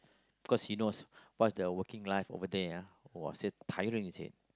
because he knows what's the working life over there ah say tiring he said